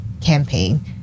campaign